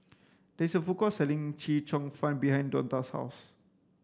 there is a food court selling chee cheong fun behind Donta's house